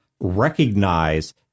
recognize